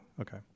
okay